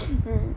mmhmm